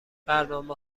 برنامه